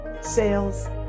sales